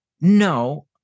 No